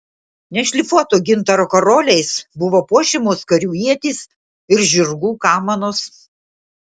nešlifuoto gintaro karoliais buvo puošiamos karių ietys ir žirgų kamanos